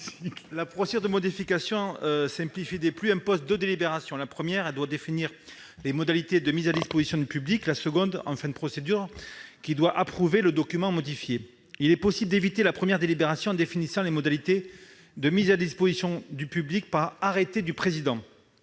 La procédure de modification simplifiée des PLU impose deux délibérations : la première doit définir les modalités de mise à disposition du public ; la seconde, en fin de procédure, doit approuver le document modifié. Il est possible d'éviter la première délibération en définissant les modalités de mise à disposition du public par arrêté du président.